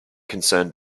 concerned